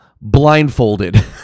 blindfolded